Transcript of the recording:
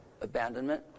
abandonment